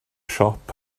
siop